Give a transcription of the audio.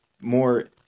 more